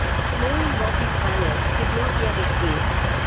small rocky planets did not yet exist.